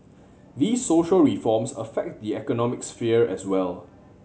these social reforms affect the economic sphere as well